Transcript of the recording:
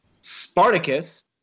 Spartacus